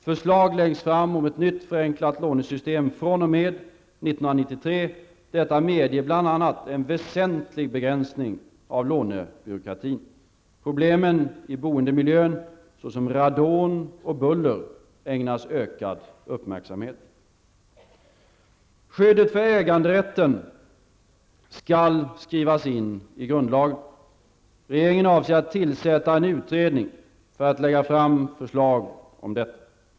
Förslag läggs fram om ett nytt förenklat lånesystem att gälla fr.o.m. 1993. Detta medger bl.a. en väsentlig begränsning av lånebyråkratin. Problem i boendemiljön, såsom radon och buller, ägnas ökad uppmärksamhet. Skyddet för äganderätten skall skrivas in i grundlagen. Regeringen avser att tillsätta en utredning för att lägga fram förslag om detta.